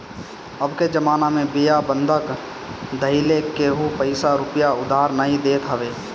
अबके जमाना में बिना बंधक धइले केहू पईसा रूपया उधार नाइ देत हवे